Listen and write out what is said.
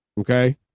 okay